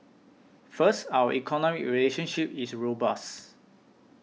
first our economic relationship is robust